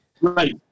Right